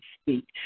speak